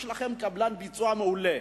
יש לכם קבלן ביצוע מעולה